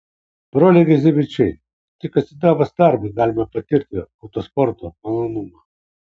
broliai gezevičiai tik atsidavus darbui galima patirti autosporto malonumą